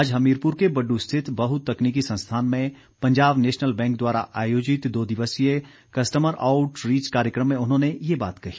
आज हमीरपुर के बड़ू स्थित बहुतकनीकी संस्थान में पंजाब नेशनल बैंक द्वारा आयोजित दो दिवसीय कस्टमर आउट रीच कार्यक्रम में उन्होंने ये बात कही